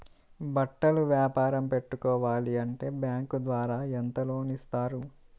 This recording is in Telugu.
బట్టలు వ్యాపారం పెట్టుకోవాలి అంటే బ్యాంకు ద్వారా ఎంత లోన్ ఇస్తారు?